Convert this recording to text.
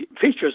features